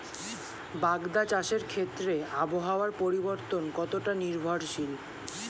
বাগদা চাষের ক্ষেত্রে আবহাওয়ার পরিবর্তন কতটা নির্ভরশীল?